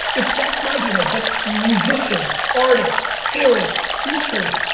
it's that's my dna. but musicians, artists, parents, teachers,